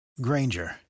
Granger